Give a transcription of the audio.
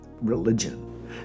religion